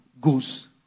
goes